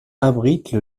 abrite